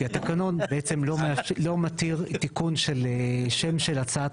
כי התקנון לא מתיר תיקון של שם הצעת